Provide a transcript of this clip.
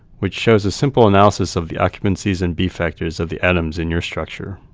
which shows a simple analysis of the occupancies and b-factors of the atoms in your structure.